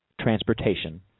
transportation